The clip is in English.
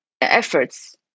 efforts